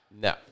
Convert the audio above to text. No